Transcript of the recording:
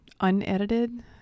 unedited